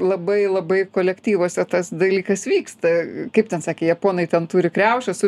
labai labai kolektyvuose tas dalykas vyksta kaip ten sakė japonai ten turi kriaušes su